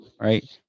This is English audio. right